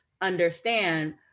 understand